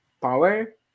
power